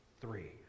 three